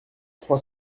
trois